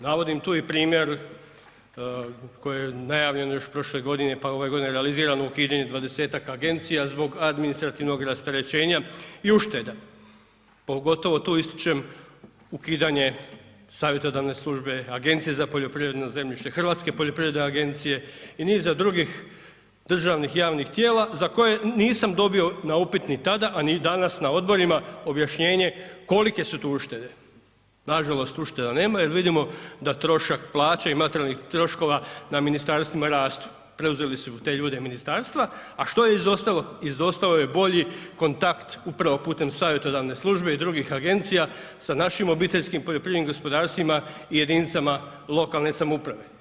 Navodim tu i primjer koji je najavljen još prošle godine, pa ove godine realiziran u HINA-ih 20-tak agencija zbog administrativnog rasterećenja i ušteda, pogotovo tu ističem ukidanjem savjetodavne službe, Agencije za poljoprivredno zemljište, Hrvatske poljoprivredne agencije i niza drugih državnih i javnih tijela za koje nisam dobio na upit ni tada, a ni danas na odborima, objašnjenje kolike su tu uštede, nažalost ušteda nema jer vidimo da trošak plaća i materijalnih troškova na ministarstvima rastu, preuzeli su te ljude ministarstva, a što je izostalo, izostao je bolji kontakt upravo putem savjetodavne službe i drugih agencija sa našim OPG-ovima i jedinicama lokalne samouprave.